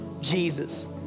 Jesus